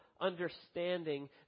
understanding